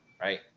right